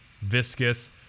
viscous